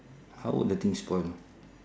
how would the thing spoil